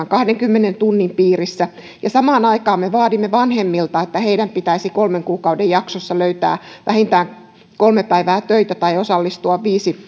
kahdenkymmenen tunnin piirissä ja samaan aikaan me vaadimme vanhemmilta että heidän pitäisi kolmen kuukauden jaksossa löytää vähintään kolme päivää töitä tai osallistua